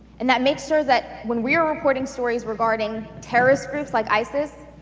and that makes sure that when we are reporting stories regarding terrorist groups like isis,